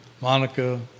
Monica